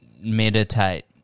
meditate